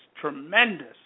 tremendous